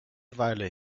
weile